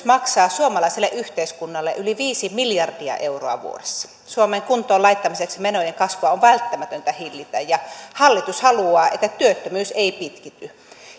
maksaa suomalaiselle yhteiskunnalle yli viisi miljardia euroa vuodessa suomen kuntoon laittamiseksi menojen kasvua on välttämätöntä hillitä ja hallitus haluaa että työttömyys ei pitkity